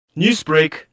Newsbreak